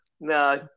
No